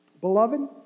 Beloved